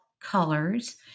colors